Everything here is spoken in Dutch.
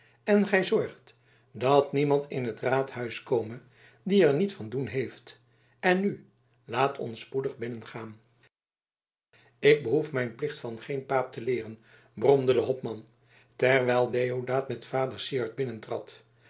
en gij zorgt dat niemand in het raadhuis kome die er niet van doen heeft en nu laat ons spoedig binnengaan ik behoef mijn plicht van geen paap te leeren bromde de hopman terwijl deodaat met vader syard